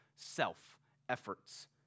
Self-efforts